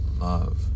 love